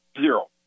Zero